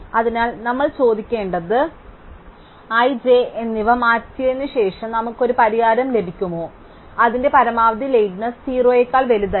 അതിനാൽ നമ്മൾ ചോദിക്കേണ്ടത് i j എന്നിവ മാറ്റിയതിനുശേഷം നമുക്ക് ഒരു പരിഹാരം ലഭിക്കുമോ അതിന്റെ പരമാവധി ലേറ്റ്നെസ് O യേക്കാൾ വലുതല്ല